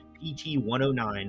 PT-109